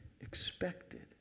expected